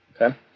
okay